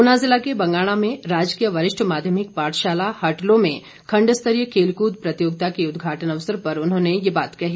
ऊना जिला के बंगाणा में राजकीय वरिष्ठ माध्यमिक पाठशाला हटलो में खंड स्तरीय खेलकूद प्रतियोगिता के उद्घाटन अवसर पर उन्होंने ये बात कही